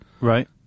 Right